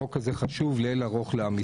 החוק הזה חשוב לאין ערוך.